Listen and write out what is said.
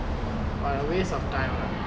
but a waste of time lah